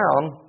down